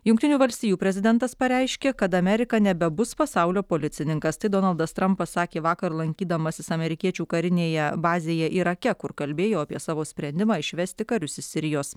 jungtinių valstijų prezidentas pareiškė kad amerika nebebus pasaulio policininkas tai donaldas trampas sakė vakar lankydamasis amerikiečių karinėje bazėje irake kur kalbėjo apie savo sprendimą išvesti karius iš sirijos